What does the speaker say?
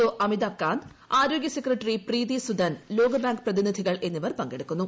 O Amitabh Kant ആരോഗ്യ secretary Preeti Sudan ലോകബാങ്ക് പ്രതിനിധികൾ എന്നിവർ പങ്കെടുക്കുന്നു